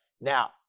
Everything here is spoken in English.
now